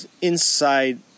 inside